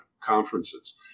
conferences